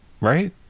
Right